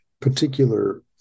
particular